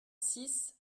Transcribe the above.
six